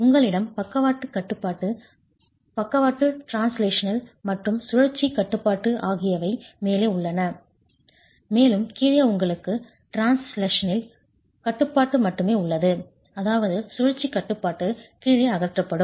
உங்களிடம் பக்கவாட்டுக் கட்டுப்பாடு பக்கவாட்டு ட்ரான்ஸ்லஷனல் மற்றும் சுழற்சிக் கட்டுப்பாடு ஆகியவை மேலே உள்ளன மேலும் கீழே உங்களுக்கு ட்ரான்ஸ்லஷனல் க் கட்டுப்பாடு மட்டுமே உள்ளது அதாவது சுழற்சி கட்டுப்பாடு கீழே அகற்றப்படும்